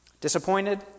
Disappointed